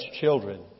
children